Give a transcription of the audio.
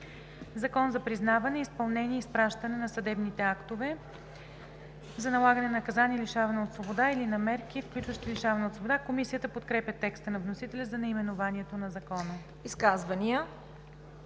„Закон за признаване, изпълнение и изпращане на съдебни актове за налагане на наказание лишаване от свобода или на мерки, включващи лишаване от свобода“.“ Комисията подкрепя текста на вносителя за наименованието на Закона. ПРЕДСЕДАТЕЛ